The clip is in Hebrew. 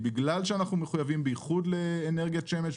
בגלל שאנחנו מחויבים בייחוד לאנרגית שמש,